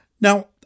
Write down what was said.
Now